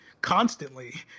constantly